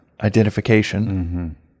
identification